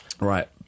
Right